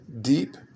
deep